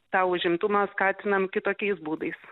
tą užimtumą skatinam kitokiais būdais